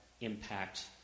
impact